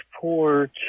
port